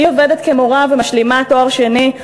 היא עובדת כמורה ומשלימה תואר שני,